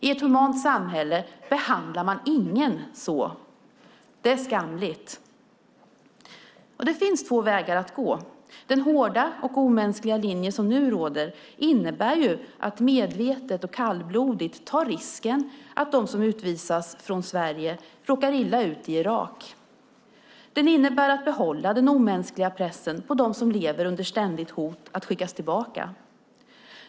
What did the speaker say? I ett humant samhälle behandlar man ingen så. Det är skamligt. Det finns två vägar att gå. Den hårda och omänskliga linje som nu råder innebär att man medvetet och kallblodigt tar risken att de som utvisas från Sverige råkar illa ut i Irak. Den innebär att man behåller den omänskliga pressen på dem som lever under ständigt hot att skickas tillbaka.